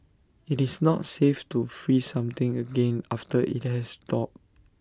IT is not safe to freeze something again after IT has thawed